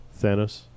Thanos